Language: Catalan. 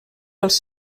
pels